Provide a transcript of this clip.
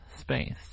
space